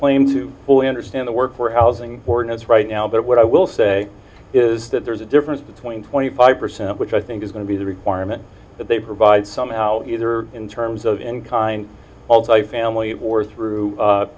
claim to fully understand the work for housing ordinance right now but what i will say is that there's a difference between twenty five percent which i think is going to be the requirement that they provide somehow either in terms of in kind all type family or